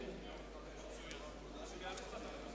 הראשונה שבהן היא הצעת חוק הביטוח הלאומי